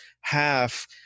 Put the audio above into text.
half